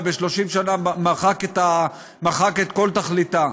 וב-30 שנה מחק את כל תכליתה.